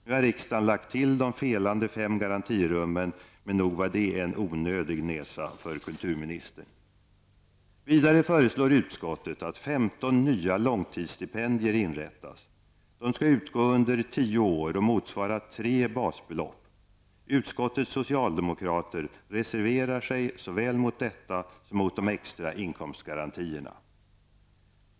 Nu har riksdagen lagt till de felande fem garantirummen, men nog var det en onödig nesa för kulturministern. Vidare föreslår utskottet att 15 nya långtidsstipendier inrättas. De skall utgå under tio år och motsvara tre basbelopp. Utskottets socialdemokrater reserverar sig såväl mot detta som mot de extra inkomstgarantierna.